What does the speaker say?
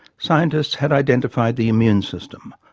scientists had identified the immune system,